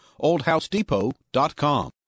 oldhousedepot.com